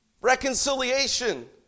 reconciliation